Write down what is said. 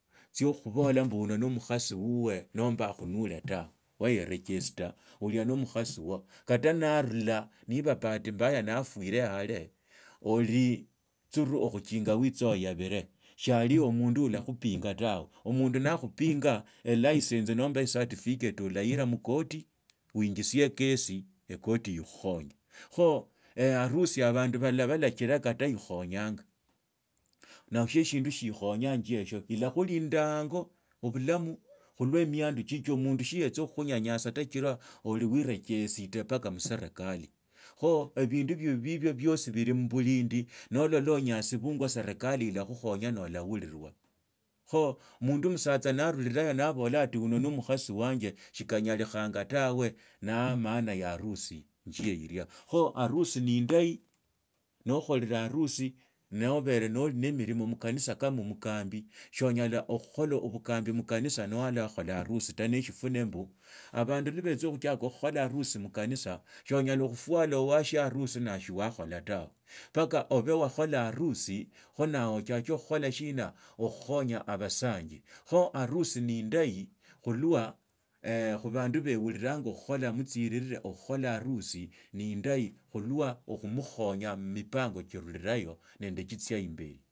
tsiokhukhobola mbu uno no mukhasi wuwo nomba akhunule tawe wairagistar ulia nomukhasi wo, kata niyarula niba bahati mbaya niyaarwira yale oli thuru okhuchinya oitsa oyabire shiali omundu olakhupinga tatwe omundu naakho pinga elicence nomba e certificate orahila mu koti uinjisie ekasi ekoti ikhukhonge kho, harusi abandu balala balachira kata ikhonyanhira nashio shindig shiikhonyanga enjeshio, ilakhulinda hangi obulamu khulwa emiandu chichio omundu siyetsa khukhunyanyasata sichira olivwiiregeste mbaka muserikalikho ebindu nibio bios bili mubulindi nolala onyasibungwa serikali ilakhukhunya no olahurira kho omundu musatsa narurilaho nabola mbu ati uno nomukhasi wanje siranyalikha tawe na maana ya harusi njie ilia. Harusi niindahi, nokhorila harusi nobere noli ne emilimo mukanisa kama omukambi shionyala khukhola obukambi mukani nowalakhola harusi mukanisa ta neshiruni mbu abanda lwe betsakhutsiaka khukhola harusi mukanisa shonyala khufwala washio harusi ne shiwakhola tawe mpaka obe waakhola harusi kho nawe uchake khuchola shina okhukhonya abasanji kho harusi ni nndahi khulwa khubandu beeuritanya okhukhola mutsirirae okhukhola harusi nundahi khulwa okhumukhonya mumipango tsirurilayo nende tsitsia imbeli.